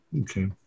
okay